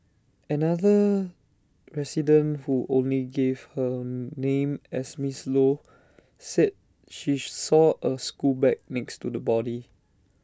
another resident who only gave her name as miss low said she saw A school bag next to the body